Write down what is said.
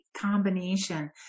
combination